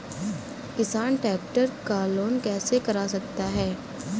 किसान ट्रैक्टर का लोन कैसे करा सकता है?